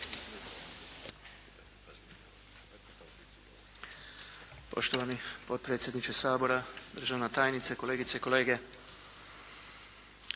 Poštovani potpredsjedniče Sabora, držana tajnice, kolegice i kolege.